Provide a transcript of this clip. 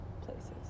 places